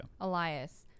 Elias